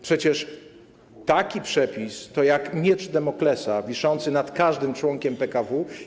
Przecież taki przepis jest jak miecz Damoklesa wiszący nad każdym członkiem PKW.